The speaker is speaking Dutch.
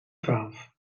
twaalf